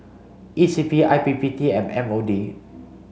E C P I P P T and M O D